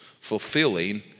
fulfilling